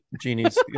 Genie's